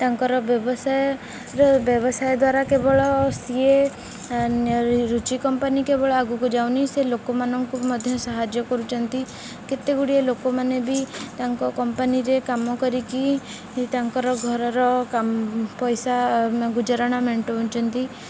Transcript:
ତାଙ୍କର ବ୍ୟବସାୟ ବ୍ୟବସାୟ ଦ୍ୱାରା କେବଳ ସିଏ ରୁଚି କମ୍ପାନୀ କେବଳ ଆଗକୁ ଯାଉନି ସେ ଲୋକମାନଙ୍କୁ ମଧ୍ୟ ସାହାଯ୍ୟ କରୁଛନ୍ତି କେତେ ଗୁଡ଼ିଏ ଲୋକମାନେ ବି ତାଙ୍କ କମ୍ପାନୀରେ କାମ କରିକି ତାଙ୍କର ଘରର ପଇସା ଗୁଜୁରାଣ ମେଣ୍ଟଉଛନ୍ତି